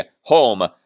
home